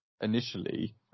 initially